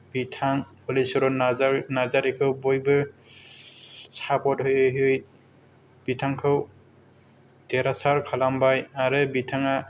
बिथां हलिचरन नार्जार नार्जारीखौ बयबो सापर्त होयै होयै बिथांखौ देरहासार खालामबाय आरो बिथाङा